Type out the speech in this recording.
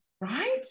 right